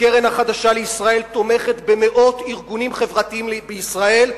הקרן החדשה לישראל תומכת במאות ארגונים חברתיים בישראל,